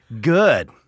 good